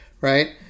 right